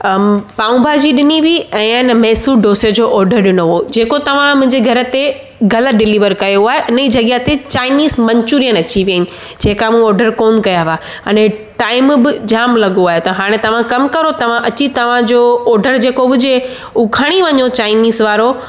अम पाव भाॼी ॾिनी हुई ऐं न मैसूर डोसे जो ऑडर ॾिनो हुयो जेको तव्हां मुंहिंजे घर ते ग़लति डिलिवर कयो आहे उनजी जॻह ते चाइनीज़ मंचुरीयन अची विया आहिनि जेका मूं ऑडर कोन कया हुआ अने टाइम बि जाम लॻो आहे त हाणे तव्हां कमु कयो तव्हां अची तव्हांजो ऑडर जेको हुजे उहो खणी वञो चाइनीज़ वारो